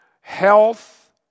health